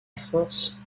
france